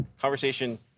Conversation